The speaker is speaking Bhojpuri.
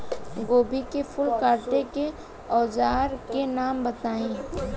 गोभी के फूल काटे के औज़ार के नाम बताई?